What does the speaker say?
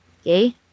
okay